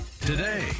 today